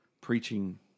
preaching